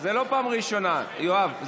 זו לא פעם ראשונה, יואב.